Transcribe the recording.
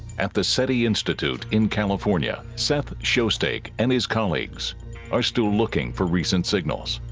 at the seti institute in california seth shostak and his colleagues are still looking for recent signals